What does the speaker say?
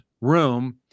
room